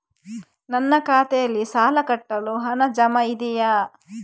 ನನ್ನ ಖಾತೆಯಲ್ಲಿ ಸಾಲ ಕಟ್ಟಲು ಹಣ ಜಮಾ ಇದೆಯೇ?